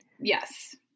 Yes